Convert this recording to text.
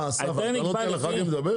מה אסף, אתה לא נותן לח"כים לדבר?